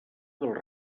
dels